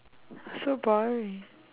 so boring